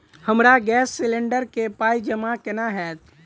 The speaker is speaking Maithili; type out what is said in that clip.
हमरा गैस सिलेंडर केँ पाई जमा केना हएत?